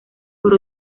por